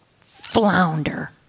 flounder